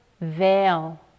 veil